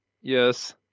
Yes